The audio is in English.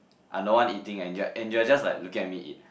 I'm the one eating and you are and you're just like looking at me eat